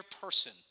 person